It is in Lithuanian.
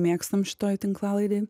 mėgstam šitoj tinklalaidėj